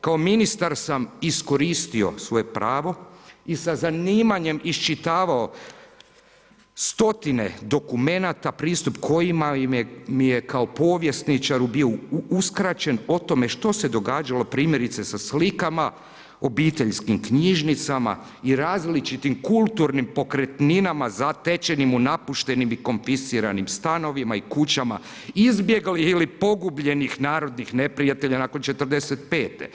Kao ministar sam iskoristio svoje pravo i sa zanimanjem iščitavao stotine dokumenata pristup kojima mi je kao povjesničaru bio uskraćen o tome što ste događalo primjerice sa slikama, obiteljskim knjižnicama i različitim kulturnim pokretninama zatečenim u napuštenim i konfisciranim stanovima i kućama izbjeglih ili pogubljenih narodnih neprijatelja nakon '45.